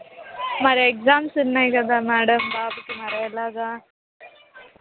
మరి ఎక్సామ్స్ ఉన్నాయి కదా మ్యాడమ్ బాబుకి మరి ఎలాగ